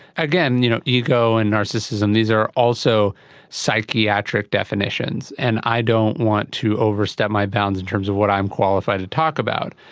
again, you know ego and narcissism, these are also psychiatric definitions, and i don't want to overstep my bounds in terms of what i'm qualified to talk about.